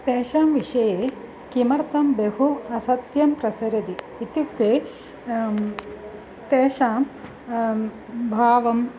तेषां विषये किमर्थं बहु असत्यं प्रसरति इत्युक्ते तेषां भावं